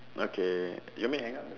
okay you want me to hang up the ph~